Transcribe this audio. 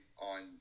on